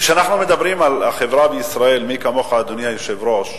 כשאנחנו מדברים על החברה בישראל, אדוני היושב-ראש,